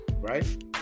Right